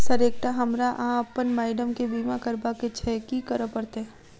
Sir एकटा हमरा आ अप्पन माइडम केँ बीमा करबाक केँ छैय की करऽ परतै?